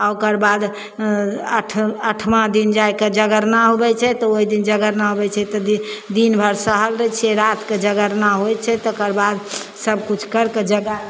आओर ओकरबाद आठ अठमा दिन जाके जगरना होबै छै तऽ ओहिदिन जगरना होबै छै तऽ दिनभरि सहल रहै छिए रातिके जगरना होइ छै तऽ तकरबाद सबकिछु करिके जगरना